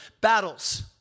Battles